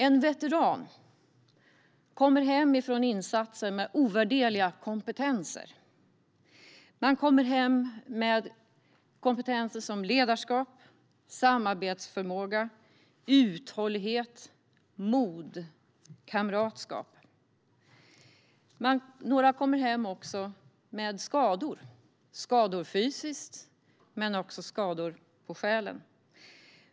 En veteran kommer hem från insatser med ovärderliga kompetenser. Man kommer hem med kompetenser som ledarskap, samarbetsförmåga, uthållighet, mod och kamratskap. Några kommer också hem med skador, både fysiska och själsliga.